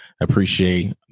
appreciate